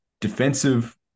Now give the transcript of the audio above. defensive